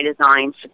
Designs